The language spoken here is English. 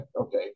okay